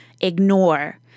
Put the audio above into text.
ignore